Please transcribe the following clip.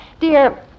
Dear